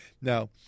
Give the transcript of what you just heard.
Now